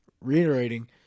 reiterating